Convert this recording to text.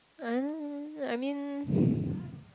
um I mean